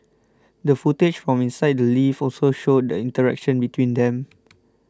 the footage from inside the lift also showed the interaction between them